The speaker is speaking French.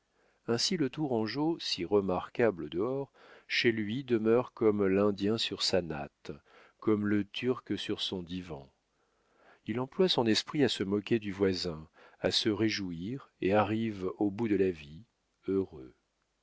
ainsi le tourangeau si remarquable au dehors chez lui demeure comme l'indien sur sa natte comme le turc sur son divan il emploie son esprit à se moquer du voisin à se réjouir et arrive au bout de la vie heureux